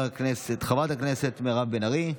חברת הכנסת מירב בן ארי,